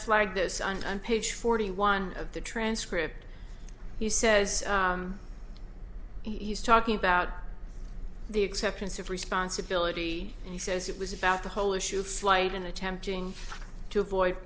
slagged this on page forty one of the transcript he says he's talking about the acceptance of responsibility and he says it was about the whole issue of flight in attempting to avoid